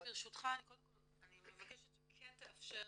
ברשותך, אני מבקשת שכן תאפשר,